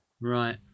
Right